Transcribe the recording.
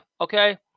okay